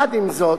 עם זאת,